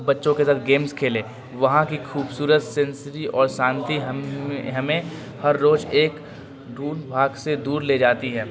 بچوں کے سر گیمز کھیلے وہاں کی خوبصورت سینری اور شانتی ہم ہمیں ہر روز ایک دوڑ بھاگ سے دور لے جاتی ہے